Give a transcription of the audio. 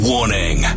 Warning